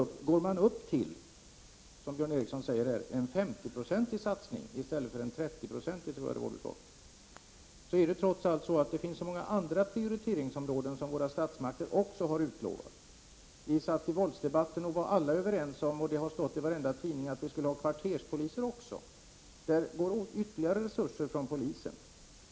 Men går man upp till, som Björn Ericson säger, en femtioprocentig satsning — i stället för en trettioprocentig, tror jag att han sade — vill jag peka på att det finns många andra områden där statsmakterna också har utlovat prioriteringar. I våldsdebatten var vi alla överens om — och det har stått i varenda tidning — att vi skall ha kvarterspoliser också. Där går det åt ytterligare resurser för polisen.